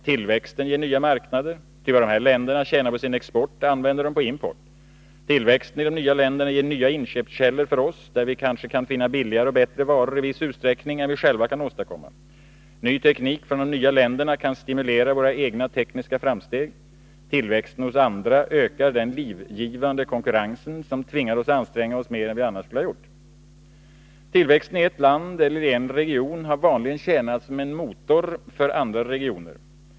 Tillväxten ger nya marknader, ty vad dessa länder tjänar på sin export använder de på import. Tillväxten i de nya länderna ger nya inköpskällor för oss, där vi i viss utsträckning kan finna billigare och bättre varor än vi själva kan åstadkomma. Ny teknik från de nya länderna kan stimulera våra egna tekniska framsteg. Tillväxten hos andra ökar den livgivande konkurrensen, som tvingar oss att anstränga oss mer än vi annars skulle ha gjort. Tillväxt i ett land eller i en region har vanligen tjänat som en motor för andra regioner.